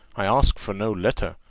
i ask for no letter,